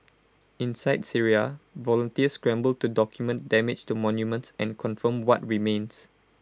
inside Syria volunteers scramble to document damage to monuments and confirm what remains